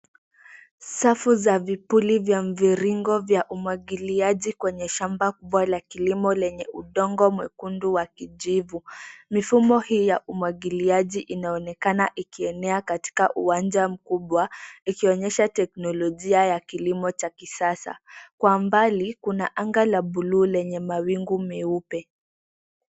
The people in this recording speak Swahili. Safu ya vipuli vya mviringo vya umwagiliaji kwenye shamba kubwa la kilimo lenye udongo mwekundu wa kijivu. Mfumo hii ya umwagiliaji inaonekana ikienea katika uwanja mkubwa, ikionyesha teknolojia ya kilimo cha kisasa. Kwa mbali, kuna anga la buluu lenye mawingu meupe.